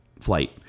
flight